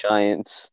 Giants